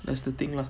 that's the thing lah